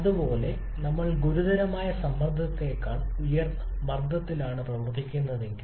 അതുപോലെ നമ്മൾ ഗുരുതരമായ സമ്മർദ്ദത്തേക്കാൾ ഉയർന്ന മർദ്ദത്തിലാണ് പ്രവർത്തിക്കുന്നതെങ്കിൽ